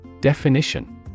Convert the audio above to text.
Definition